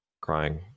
crying